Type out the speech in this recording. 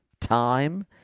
time